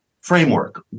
framework